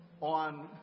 on